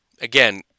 again